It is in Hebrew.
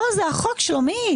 זהו החוק, שלומית.